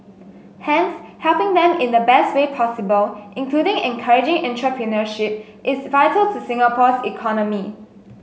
hence helping them in the best way possible including encouraging entrepreneurship is vital to Singapore's economy